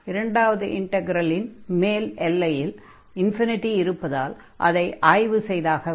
இரண்டாவது இன்டக்ரலின் மேல் எல்லையில் இருப்பதால் அதை ஆய்வு செய்தாக வேண்டும்